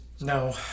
No